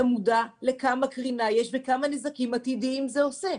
היום אתה מודע לכמה קרינה יש וכמה נזקים עתידיים זה עושה.